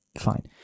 fine